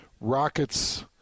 Rockets